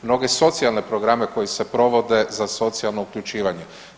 Mnoge socijalne programe koji se provode za socijalno uključivanje.